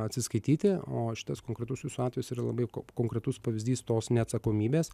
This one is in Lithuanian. atsiskaityti o šitas konkretus jūsų atvejis yra labai ko konkretus pavyzdys tos neatsakomybės